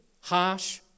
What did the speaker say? harsh